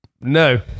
no